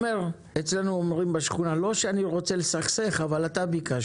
-- אצלנו אומרים בשכונה: לא שאני רוצה לסכסך אבל אתה ביקשת.